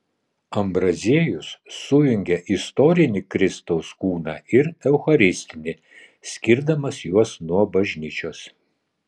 ambraziejus sujungia istorinį kristaus kūną ir eucharistinį skirdamas juos nuo bažnyčios